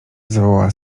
zawołała